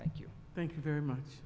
thank you thank you very much